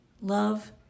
Love